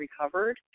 recovered